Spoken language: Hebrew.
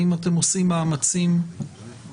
האם אתם עושים מאמצים אדמיניסטרטיביים,